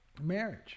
marriage